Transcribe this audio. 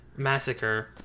Massacre